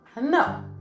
No